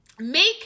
Make